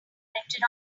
printed